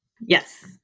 Yes